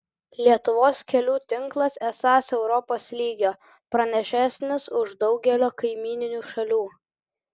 lietuvos kelių tinklas esąs europos lygio pranašesnis už daugelio kaimyninių šalių